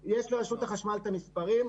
יש לרשות החשמל את המספרים,